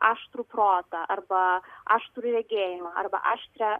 aštrų protą arba aštrų regėjimą arba aštrią